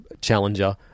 challenger